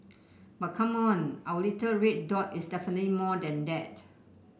but come on our little red dot is definitely more than that